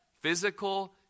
physical